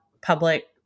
public